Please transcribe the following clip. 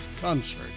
concert